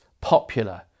popular